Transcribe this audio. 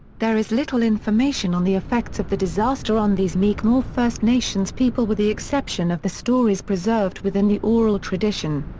there is little information on the effects of the disaster on these mi'kmaw first nations people with the exception of the stories preserved within the oral tradition.